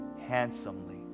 handsomely